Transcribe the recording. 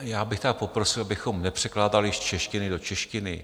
Já bych poprosil, abychom nepřekládali z češtiny do češtiny.